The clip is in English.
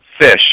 fish